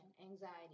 anxiety